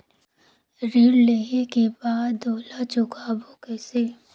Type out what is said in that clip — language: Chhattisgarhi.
ऋण लेहें के बाद ओला चुकाबो किसे?